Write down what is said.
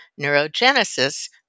neurogenesis